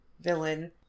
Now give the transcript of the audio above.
villain